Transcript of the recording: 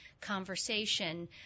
conversation